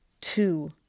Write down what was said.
two